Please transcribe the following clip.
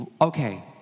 okay